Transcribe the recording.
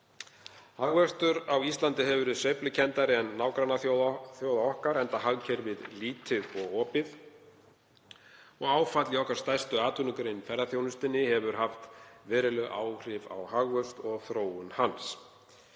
Hagvöxtur á Íslandi hefur verið sveiflukenndari en nágrannaþjóða okkar enda hagkerfið lítið og opið og áfall í okkar stærstu atvinnugrein, ferðaþjónustunni, hefur haft veruleg áhrif á hagvöxt og þróun hans.